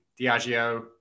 Diageo